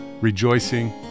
rejoicing